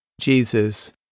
Jesus